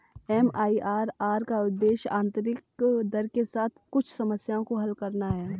MIRR का उद्देश्य आंतरिक दर के साथ कुछ समस्याओं को हल करना है